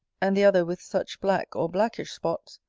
and the other with such black or blackish spots,